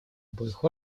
обоих